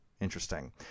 Interesting